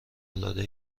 العاده